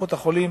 וקופות-החולים